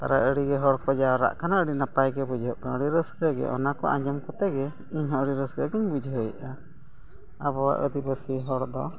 ᱯᱨᱟᱭ ᱟᱹᱰᱤᱜᱮ ᱦᱚᱲ ᱠᱚ ᱡᱟᱣᱨᱟᱜ ᱠᱟᱱᱟ ᱟᱹᱰᱤ ᱱᱟᱯᱟᱭ ᱜᱮ ᱵᱩᱡᱷᱟᱹᱜ ᱠᱟᱱᱟ ᱟᱹᱰᱤ ᱨᱟᱹᱥᱠᱟᱹᱜᱮ ᱚᱱᱟᱠᱚ ᱟᱸᱡᱚᱢ ᱠᱟᱛᱮᱜᱮ ᱤᱧᱦᱚᱸ ᱟᱹᱰᱤ ᱨᱟᱹᱥᱠᱟᱹᱜᱤᱧ ᱵᱩᱡᱷᱟᱹᱣᱮᱜᱼᱟ ᱟᱵᱚ ᱟᱹᱫᱤᱵᱟᱹᱥᱤ ᱦᱚᱲ ᱫᱚ